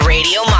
Radio